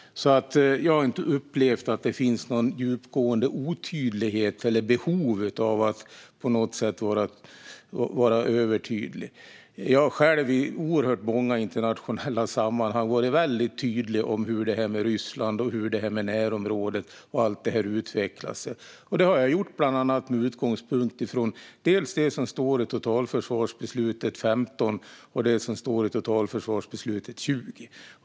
Jag har inte upplevt att det finns någon djupgående otydlighet eller ett behov av att vara övertydlig. Jag har själv i oerhört många internationella sammanhang varit väldigt tydlig med hur det här med Ryssland och närområdet utvecklar sig. Det har jag gjort bland annat med utgångspunkt i det som står i totalförsvarsbesluten 2015 och 2020.